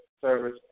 service